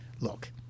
look